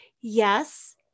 yes